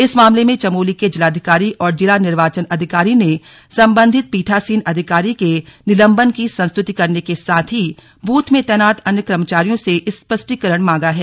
इस मामले में चमोली के जिलाधिकारी और जिला निर्वाचन अधिकारी ने संबंधित पीठासीन अधिकारी के निलंबन की संस्तुति करने के साथ ही बूथ में तैनात अन्य कर्मचारियों से स्पष्टीकरण मांगा है